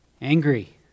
angry